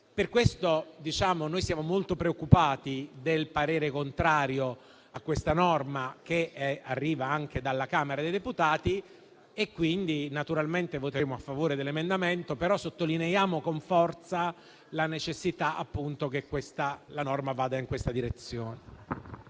Per questo noi siamo molto preoccupati del parere contrario a questa proposta di modifica, che arriva anche dalla Camera dei deputati. Naturalmente voteremo a favore dell'emendamento, però sottolineiamo con forza la necessità che la norma vada in questa direzione.